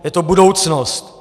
Je to budoucnost.